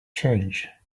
change